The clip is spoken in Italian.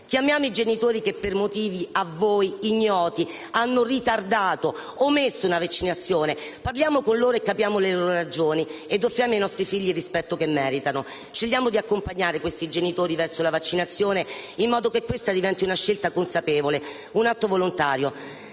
Chiamiamo i genitori che per motivi a voi ignoti hanno ritardato o omesso una vaccinazione; parliamo con loro, capiamo le loro ragioni e offriamo ai nostri figli il rispetto che meritano. Scegliamo di accompagnare questi genitori verso la vaccinazione in modo che diventi una scelta consapevole, un atto volontario.